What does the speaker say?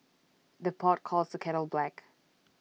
the pot calls the kettle black